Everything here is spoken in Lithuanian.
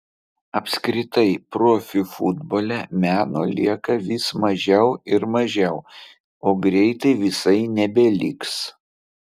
apskritai profių futbole meno lieka vis mažiau ir mažiau o greitai visai nebeliks